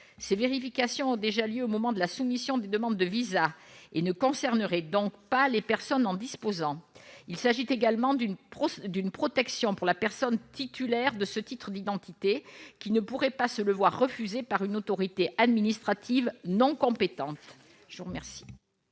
ces vérifications ont déjà lié au moment de la soumission des demandes de VISA et ne concernerait donc pas les personnes en disposant, il s'agit également d'une proche d'une protection pour la personne titulaire de ce titre d'identité qui ne pourrait pas se le voir refuser par une autorité administrative non compétente,